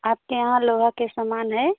आपके यहाँ लोहा का सामान है